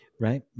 right